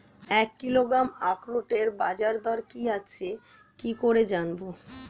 এক কিলোগ্রাম আখরোটের বাজারদর কি আছে কি করে জানবো?